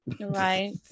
Right